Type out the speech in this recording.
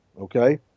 Okay